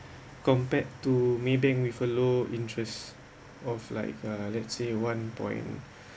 compared to Maybank with a low interest of like uh let's say one point